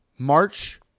March